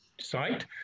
site